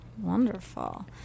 Wonderful